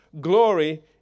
glory